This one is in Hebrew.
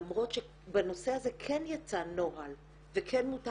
למרות שבנושא הזה כן יצא נוהל וכן מותר